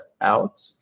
out